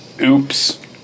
oops